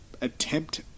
attempt